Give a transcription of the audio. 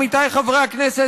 עמיתיי חברי הכנסת,